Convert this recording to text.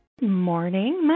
Morning